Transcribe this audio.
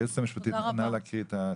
היועצת המשפטית, את מוכנה להקריא את הסעיף?